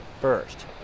first